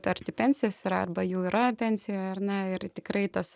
arti pensijos yra arba jau yra pensijoje ar ne ir tikrai tas